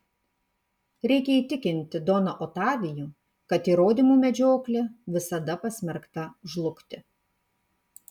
reikia įtikinti doną otavijų kad įrodymų medžioklė visada pasmerkta žlugti